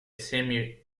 semi